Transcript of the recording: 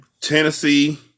Tennessee